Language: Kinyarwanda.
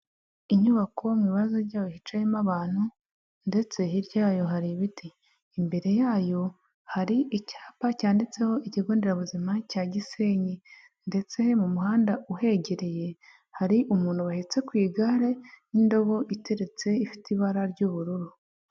Inyubako mu ibaraza ryayo hicayemo abantu ndetse hirya yayo hari ibiti, imbere yayo hari icyapa cyanditseho ikigonderabuzima cya Gisenyi, ndetse mu muhanda uhegereye hari umuntu bahetse ku igare n'indobo iteretse ifite ibara ry'ubururu.